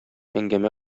әңгәмә